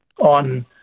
on